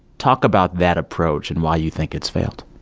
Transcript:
talk about that approach and why you think it's failed